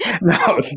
no